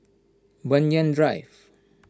Banyan Drive